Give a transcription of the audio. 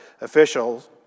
officials